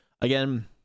Again